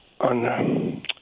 on